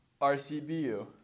RCBU